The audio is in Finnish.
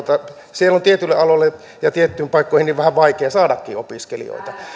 siellä on tietyille aloille ja tiettyihin paikkoihin vähän vaikea saadakin opiskelijoita